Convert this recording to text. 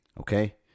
Okay